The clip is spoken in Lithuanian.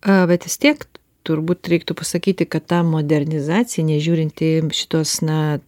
a vat vis tiekt turbūt reiktų pasakyti kad ta modernizacija nežiūrintiem šitos na